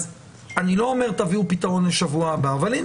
אז אני לא אומר: תביאו פתרון לשבוע הבא אבל הנה,